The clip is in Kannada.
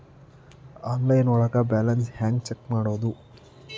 ಆನ್ಲೈನ್ ಒಳಗೆ ಬ್ಯಾಲೆನ್ಸ್ ಹ್ಯಾಂಗ ಚೆಕ್ ಮಾಡೋದು?